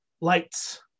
Lights